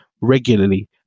regularly